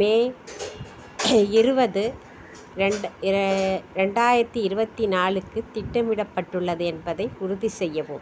மே இருபது ரெண்டு இரு ரெண்டாயிரத்தி இருபத்தி நாலுக்கு திட்டமிடப்பட்டுள்ளது என்பதை உறுதி செய்யவும்